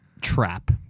trap